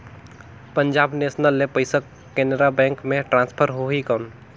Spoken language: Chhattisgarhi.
पंजाब नेशनल ले पइसा केनेरा बैंक मे ट्रांसफर होहि कौन?